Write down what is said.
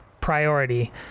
priority